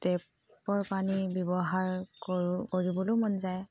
কেতিয়াবা টেপৰ পানী ব্যৱহাৰ কৰোঁ কৰিবলৈও মন যায়